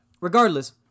regardless